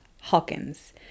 Hawkins